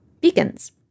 beacons